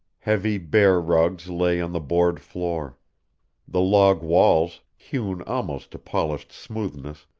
heavy bear rugs lay on the board floor the log walls, hewn almost to polished smoothness,